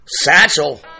Satchel